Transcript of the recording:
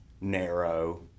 narrow